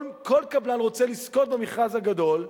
כל קבלן רוצה לזכות במכרז הגדול,